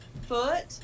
foot